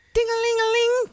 Ding-a-ling-a-ling